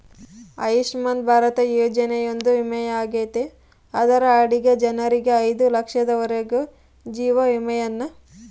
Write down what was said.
ಆಯುಷ್ಮನ್ ಭಾರತ ಯೋಜನೆಯೊಂದು ವಿಮೆಯಾಗೆತೆ ಅದರ ಅಡಿಗ ಜನರಿಗೆ ಐದು ಲಕ್ಷದವರೆಗೂ ಜೀವ ವಿಮೆಯನ್ನ ಸರ್ಕಾರ ಕೊಡುತ್ತತೆ